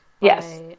Yes